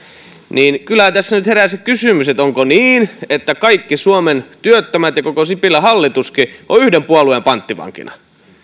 kyllähän tässä nyt herää se kysymys että onko niin että kaikki suomen työttömät ja koko sipilän hallituskin ovat yhden puolueen pankkivankina